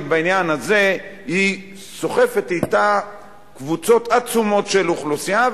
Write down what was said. בעניין הזה סוחפת אתה קבוצות עצומות של אוכלוסייה,